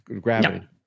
gravity